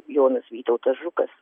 jonas vytautas žukas